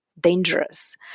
dangerous